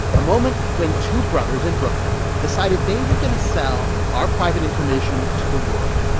a moment when two brothers in brooklyn decided they were going to sell our private information to the world,